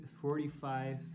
forty-five